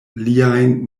liajn